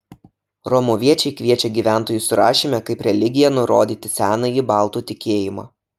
romuviečiai kviečia gyventojų surašyme kaip religiją nurodyti senąjį baltų tikėjimą